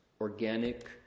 organic